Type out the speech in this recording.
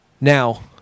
Now